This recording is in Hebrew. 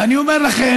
ואני אומר לכם,